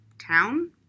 town